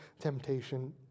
temptation